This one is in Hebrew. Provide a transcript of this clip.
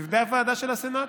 בפני הוועדה של הסנאט.